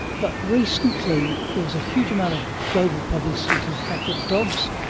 but recently there was a huge amount of global publicity to the fact that dogs,